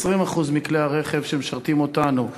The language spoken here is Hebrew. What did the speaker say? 20% מכלי הרכב שמשרתים אותנו,